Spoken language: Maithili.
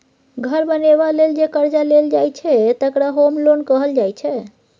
घर बनेबा लेल जे करजा लेल जाइ छै तकरा होम लोन कहल जाइ छै